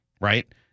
Right